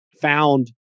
Found